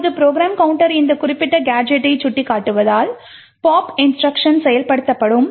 இப்போது program counter இந்த குறிப்பிட்ட கேஜெட்டை சுட்டிக்காட்டுவதால் பாப் இன்ஸ்ட்ருக்ஷன் செயல்படுத்தப்படும்